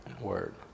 Word